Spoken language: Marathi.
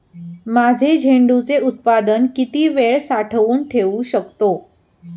माझे झेंडूचे उत्पादन किती वेळ साठवून ठेवू शकतो?